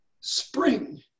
spring